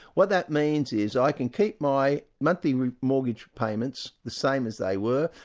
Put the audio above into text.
what that means is, i can keep my monthly mortgage payments the same as they were,